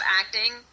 acting